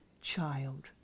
child